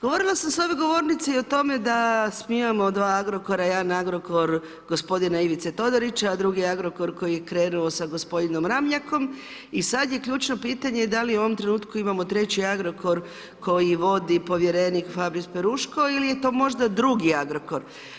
Govorila sam sa ove govornice i o tome da svi imamo dva Agrokora, jedan Agrokor gospodina Ivice Todorića, a drugi je Agrokor koji je krenuo sa gospodinom Ramljakom i sad je ključno pitanje da li u ovom trenutku imamo treći Agrokor koji vodi povjerenik Fabris Peruško ili je to možda drugi Agrokor.